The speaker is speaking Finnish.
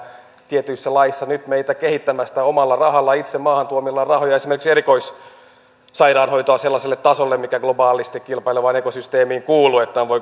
tietyissä laeissa nyt meitä kehittämästä omalla rahalla itse maahan tuomillamme rahoilla esimerkiksi erikoissairaanhoitoa sellaiselle tasolle mikä globaalisti kilpailevaan ekosysteemiin kuuluu että on